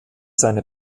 seine